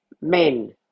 Men